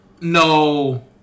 No